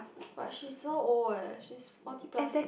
but she's so old eh she's forty plus